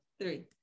three